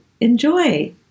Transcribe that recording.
enjoy